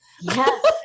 Yes